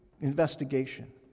investigation